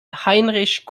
heinrich